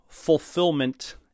fulfillment